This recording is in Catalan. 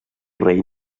rei